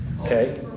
Okay